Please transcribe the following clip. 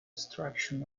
extraction